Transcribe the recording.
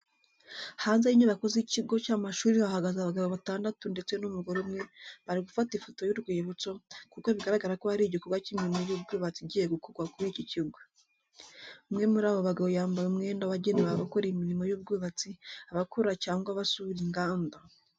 Hanze y'inyubako z'ikigo cy'amashuri hahagaze abagabo batandatu ndetse n'umugore umwe bari gufata ifoto y'urwibutso, kuko bigaragara ko hari igikorwa cy'imirimo y'ubwubatsi igiye gukorwa kuri iki kigo. Umwe muri abo bagabo yambaye umwenda wagenewe abakora imirimo y'ubwubatsi, abakora cyangwa abasura inganda.